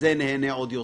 וזה נהנה עוד יותר.